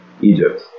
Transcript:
Egypt